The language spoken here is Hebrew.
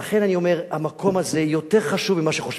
ולכן אני אומר, המקום הזה יותר חשוב ממה שחושבים,